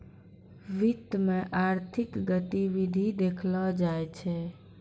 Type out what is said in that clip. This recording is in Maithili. वित्त मे आर्थिक गतिविधि देखलो जाय छै